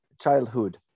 childhood